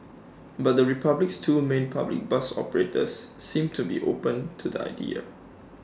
but the republic's two A main public bus operators seem to be open to the idea